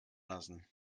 lassen